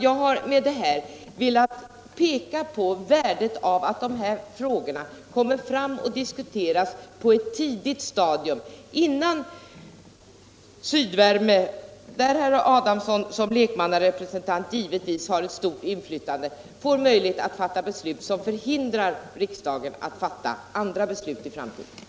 Jag har med detta velat peka på värdet av att dessa frågor tas upp och diskuteras på ett tidigt stadium, innan Sydvärme, där herr Adamsson som lekmannarepresentant har ett stort inflytande, får möjlighet att fatta beslut som hindrar riksdagen att i framtiden fatta andra